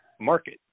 market